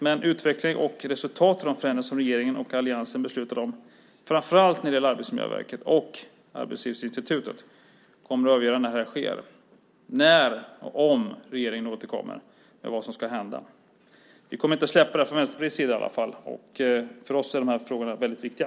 Men utvecklingen och resultatet av de förändringar som regeringen och alliansen har beslutat om, framför allt när det gäller Arbetsmiljöverket och Arbetslivsinstitutet, kommer att avgöra när detta sker, när och om regeringen återkommer med vad som ska hända. Vi kommer i alla fall inte att släppa detta från Vänsterpartiets sida. För oss är dessa frågor väldigt viktiga.